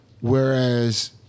Whereas